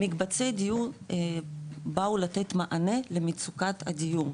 מקבצי דיור באו לתת מענה למצוקת הדיור,